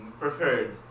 preferred